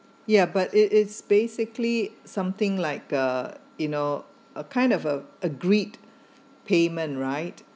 ya but it is basically something like uh you know a kind of a agreed payment right